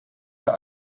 der